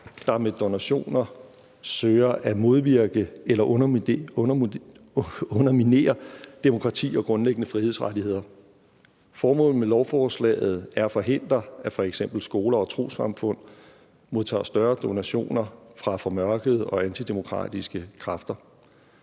der med donationer søger at modvirke eller underminere demokrati og grundlæggende frihedsrettigheder. Formålet med lovforslaget er at forhindre, at f.eks. skoler og trossamfund modtager større donationer fra formørkede og antidemokratiske kræfter.